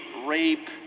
rape